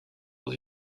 dans